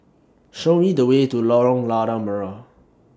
Show Me The Way to Lorong Lada Merah